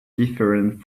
different